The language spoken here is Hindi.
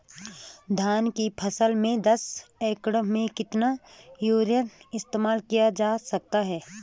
धान की फसल में दस एकड़ में कितना यूरिया इस्तेमाल किया जा सकता है?